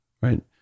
right